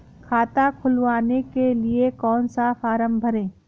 खाता खुलवाने के लिए कौन सा फॉर्म भरें?